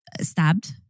stabbed